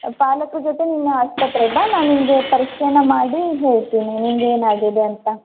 ಪಾಲಕ್ರ ಜೊತೆ ನೀನು ಆಸ್ಪತ್ರೆಗೆ ಬಾ ನಾ ನಿನಗೆ ಪರೀಕ್ಷೆಯನ್ನು ಮಾಡಿ ಹೇಳ್ತೀನಿ ನಿಂಗೆ ಏನಾಗಿದೆ ಅಂತ